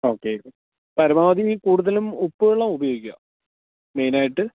okay പരമാവധിയില് കൂടുതലും ഉപ്പുവെള്ളം ഉപയോഗിക്കുക മേയ്നായിട്ട്